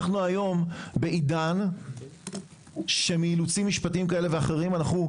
אנחנו היום בעידן שמאילוצים משפטיים כאלה ואחרים אנחנו,